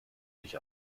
sich